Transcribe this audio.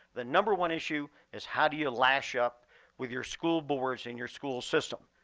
the number one issue is how do you lash up with your school boards and your school system?